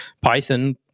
python